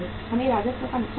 हमें राजस्व का नुकसान होगा